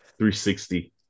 360